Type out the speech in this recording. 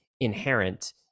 inherent